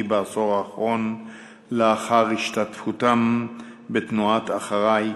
בעשור האחרון לאחר השתתפותם בתנועת "אחריי!"